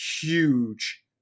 huge